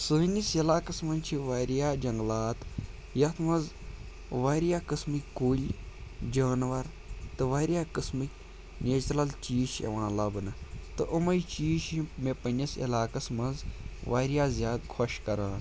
سٲنِس علاقَس منٛز چھِ واریاہ جنٛگلات یَتھ منٛز واریاہ قٕسمٕکۍ کُلۍ جاناوَار تہٕ واریاہ قٕسمٕکۍ نیچرَل چیٖز چھِ یِوان لَبنہٕ تہٕ اُمَے چیٖز چھِ مےٚ پنٛنِس علاقَس منٛز واریاہ زیادٕ خۄش کَران